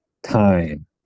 time